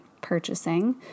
purchasing